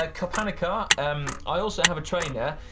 ah kopanicar um i also have a trainer,